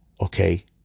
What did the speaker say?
Okay